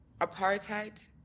apartheid